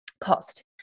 cost